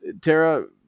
Tara